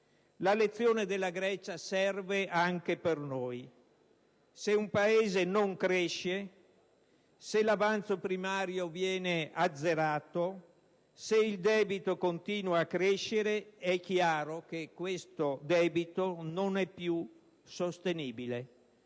La lezione della Grecia serve anche per noi. Se un Paese non cresce, se l'avanzo primario viene azzerato, se il debito continua a crescere, è chiaro che questo debito non è più sostenibile.